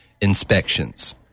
Inspections